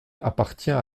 appartient